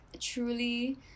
truly